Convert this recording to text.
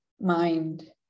mind